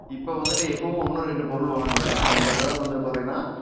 இப்போ வந்துட்டு இப்போவும் ஒன்று ரெண்டு பொருள் வாங்குவேன் ஆனால் இந்த தடவை வந்துட்டு பார்த்திங்கன்னா